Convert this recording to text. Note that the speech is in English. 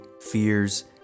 fears